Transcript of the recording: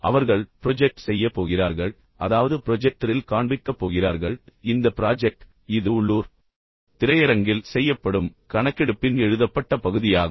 அவர்கள் ப்ரொஜெக்ட் செய்யப் போகிறார்கள் அதாவது ப்ரொஜெக்டரில் காண்பிக்கப் போகிறார்கள் இந்த ப்ராஜெக்ட் இது உள்ளூர் திரையரங்கில் செய்யப்படும் கணக்கெடுப்பின் எழுதப்பட்ட பகுதியாகும்